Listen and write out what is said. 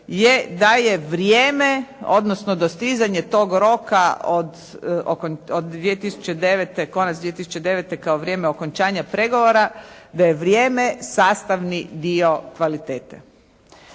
je da je vrijeme odnosno dostizanje tog roka od, od 2009., konac 2009. kao vrijeme okončanja pregovora da je vrijeme sastavni dio kvalitete.